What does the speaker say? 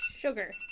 Sugar